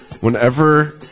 Whenever